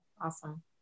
Awesome